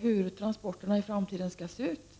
hur transporterna i framtiden skall se ut.